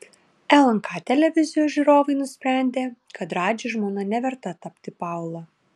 lnk televizijos žiūrovai nusprendė kad radži žmona neverta tapti paula